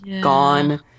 gone